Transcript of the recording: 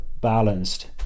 balanced